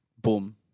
boom